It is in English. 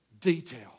detail